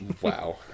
wow